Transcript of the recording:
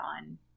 on